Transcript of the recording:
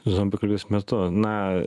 zombių kulis metu na